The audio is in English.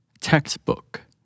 Textbook